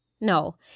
No